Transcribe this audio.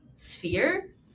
sphere